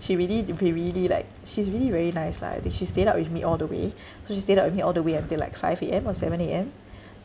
she really she really like she's really very nice lah I think she stayed up with me all the way so she stayed up with me all the way until like five A_M or seven A_M